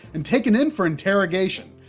and taken in for interrogation.